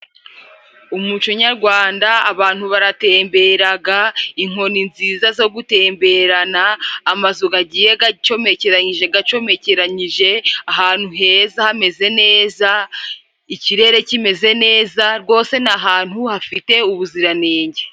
Umuco nyagwanda, abantu baratemberaga, inkoni nziza zo gutemberana, amazu gagiye gacomekeranyije gacomekeranyije, ahantu heza hameze neza, ikirere kimeze neza rwose ni ahantu hafite ubuziranenge.